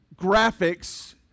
graphics